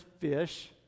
Fish